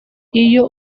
iyo